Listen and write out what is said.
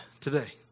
today